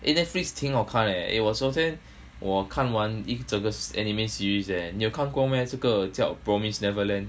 eh netflix 挺好看 leh eh 我昨天我看完一整个 anime series eh 你有看过 meh 叫 the promised neverland